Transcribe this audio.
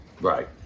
Right